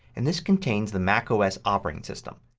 and this contains the macos operating system.